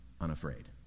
unafraid